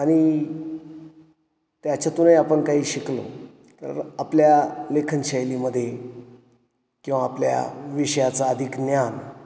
आणि त्याच्यातूनही आपण काही शिकलो तर आपल्या लेखनशैलीमध्ये किंवा आपल्या विषयाचा अधिक ज्ञान